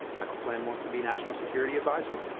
michael flynn wants to be national security adviser.